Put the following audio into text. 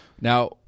Now